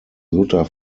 luther